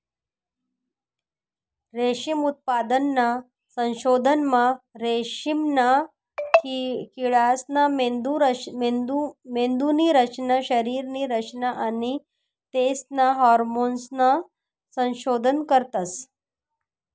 रेशीम उत्पादनना संशोधनमा रेशीमना किडासना मेंदुनी रचना, शरीरनी रचना आणि तेसना हार्मोन्सनं संशोधन करतस